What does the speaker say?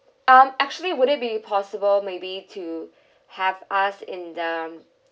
um actually would it be possible maybe to have us in the